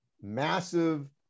massive